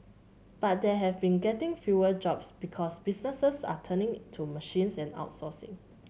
but they have been getting fewer jobs because businesses are turning to machines and outsourcing